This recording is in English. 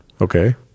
Okay